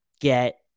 get –